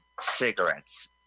Cigarettes